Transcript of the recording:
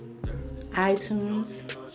ITunes